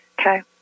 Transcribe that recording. Okay